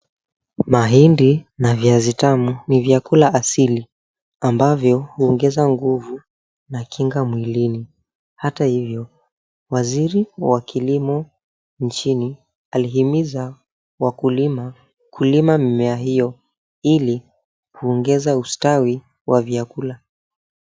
Mahindi na viazi tamu ni vyakula asili, ambavyo huongeza nguvu na kinga mwilini. Hata hivyo waziri wa kilimo nchini, alihimiza wakulima kulima mimea hiyo 𝑖𝑙li kuongeza ustawi wa vyakula.